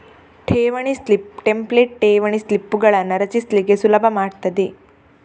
ಠೇವಣಿ slip template ಠೇವಣಿ ಸ್ಲಿಪ್ಪುಗಳನ್ನ ರಚಿಸ್ಲಿಕ್ಕೆ ಸುಲಭ ಮಾಡ್ತದೆ